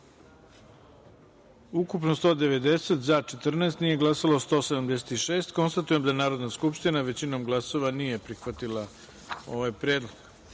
ukupno 190, za – 14, nije glasalo – 176.Konstatujem da Narodna skupština većinom glasova nije prihvatila ovaj predlog. Narodni